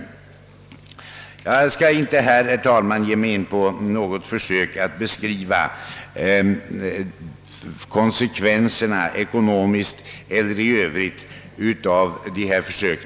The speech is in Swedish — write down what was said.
Jag skall inte här, herr talman, göra något försök att beskriva konsekvenserna, ekonomiskt eller i övrigt, av dessa försök.